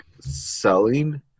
selling